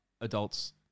adults